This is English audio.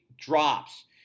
drops